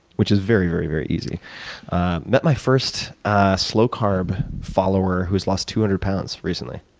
which is very, very very easy. i met my first slow carb follower who has lost two hundred pounds recently.